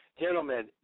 Gentlemen